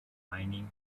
mining